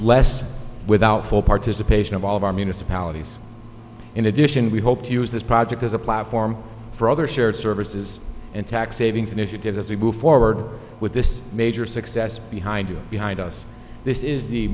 less without full participation of all of our municipalities in addition we hope to use this project as a platform for other shared services and tax savings initiatives as we move forward with this major success behind us behind us this is the